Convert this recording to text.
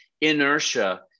inertia